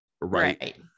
right